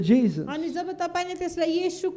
Jesus